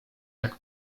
jak